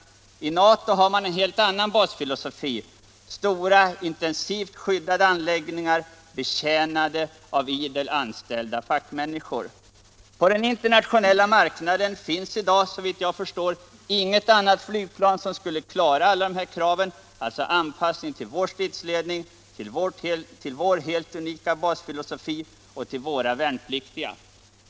I NATO har man en helt annan basfilosofi: stora intensivt skyddade anläggningar betjänade av idel fackmänniskor. På den internationella marknaden finns i dag, såvitt jag förstår, inget annat flygplan som skulle klara alla dessa krav — alltså anpassning till vår stridsledning, till vår helt unika basfilosofi och till våra värnpliktiga.